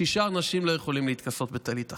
שישה אנשים לא יכולים להתכסות בטלית אחת.